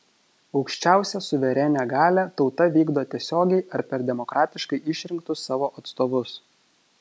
aukščiausią suverenią galią tauta vykdo tiesiogiai ar per demokratiškai išrinktus savo atstovus